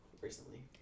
recently